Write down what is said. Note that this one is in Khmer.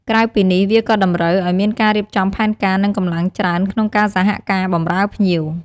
ផ្ដល់ព័ត៌មាន និងជំនួយចាំបាច់ ពុទ្ធបរិស័ទអាចជាអ្នកផ្ដល់ ព័ត៌មានទាក់ទងនឹងកម្មវិធីបុណ្យ កាលវិភាគ ឬកន្លែងផ្សេងៗនៅក្នុងបរិវេណវត្ត ដូចជាបន្ទប់ទឹក កន្លែងដាក់អីវ៉ាន់ជាដើម។